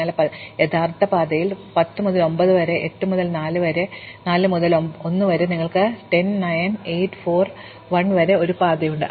അതിനാൽ പാത യഥാർത്ഥത്തിൽ 10 മുതൽ 9 വരെ 8 മുതൽ 4 മുതൽ 1 വരെ ആണ് നിങ്ങൾക്ക് 10 മുതൽ 9 വരെ 8 മുതൽ 4 മുതൽ 1 വരെ ഒരു പാതയുണ്ട്